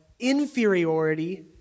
inferiority